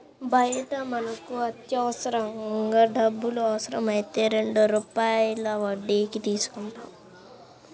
బయట మనకు అత్యవసరంగా డబ్బులు అవసరమైతే రెండు రూపాయల వడ్డీకి తీసుకుంటాం